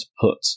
put